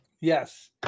Yes